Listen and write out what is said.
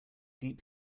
deep